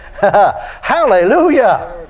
Hallelujah